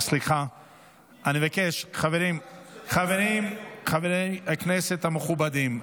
חברי הכנסת המכובדים,